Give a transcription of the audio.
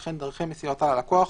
וכן דרכי מסירתה ללקוח,